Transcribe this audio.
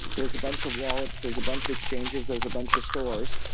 there's a bunch of wallets, there's a bunch of exchanges, there's a bunch of stores,